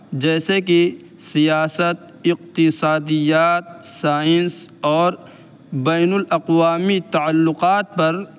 جیسے کہ سیاست اقتصادیات سائنس اور بین الاقوامی تعلقات پر